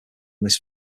this